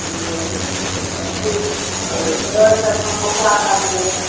अच्छा ठीक छै दस टा समोसा दए दियौ